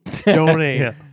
donate